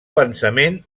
pensament